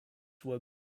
where